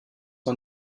war